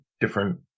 different